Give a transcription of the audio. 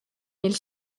mille